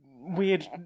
weird